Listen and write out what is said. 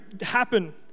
happen